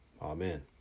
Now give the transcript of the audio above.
Amen